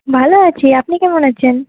ভালো আছি আপনি কেমন আছেন